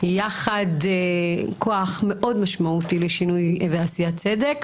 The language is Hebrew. שיחד אתם כוח מאוד משמעותי לשינוי ועשיית צדק,